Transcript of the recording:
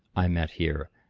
i met here,